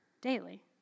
daily